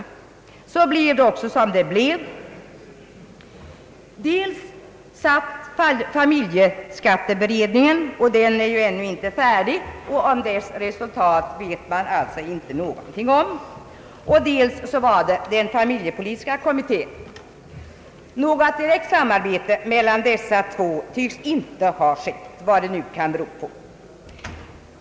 Det blev också som det blev. Dels tillsattes familjeskatteberedningen, och den är ju ännu inte färdig varför man alltså inte vet någonting om dess resultat, och dels den familjepolitiska kommittén. Något direkt samarbete mellan dessa två tycks inte ha ägt rum, vad det nu kan bero på.